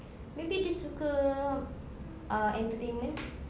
maybe dia suka uh entertainment